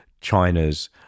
China's